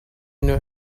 know